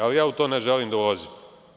Ali, ja u to ne želim da ulazim.